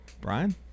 Brian